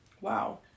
Wow